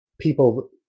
people